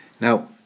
Now